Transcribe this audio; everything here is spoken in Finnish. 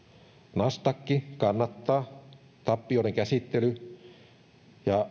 nasdaq kannattaa mutta tappioiden käsittely ja